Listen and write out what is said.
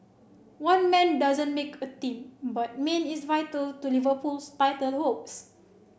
one man doesn't make a team but Mane is vital to Liverpool's title hopes